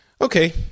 Okay